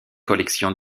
collections